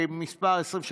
מוקדם,